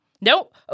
Nope